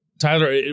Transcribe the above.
Tyler